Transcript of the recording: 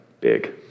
big